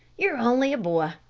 you're only a boy.